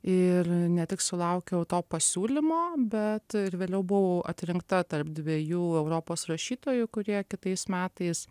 ir ne tik sulaukiau to pasiūlymo bet ir vėliau buvau atrinkta tarp dviejų europos rašytojų kurie kitais metais